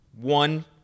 one